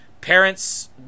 parents